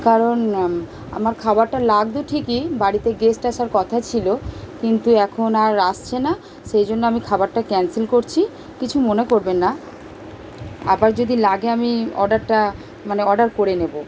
কারণ আম আমার খাবারটা লাগত ঠিকই বাড়িতে গেস্ট আসার কথা ছিল কিন্তু এখন আর আসছে না সেই জন্য আমি খাবারটা ক্যানসেল করছি কিছু মনে করবেন না আবার যদি লাগে আমি অর্ডারটা মানে অর্ডার করে নেব